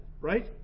right